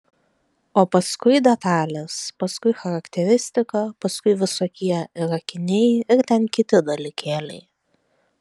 o paskui detalės paskui charakteristika paskui visokie ir akiniai ir ten kiti dalykėliai